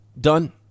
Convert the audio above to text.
done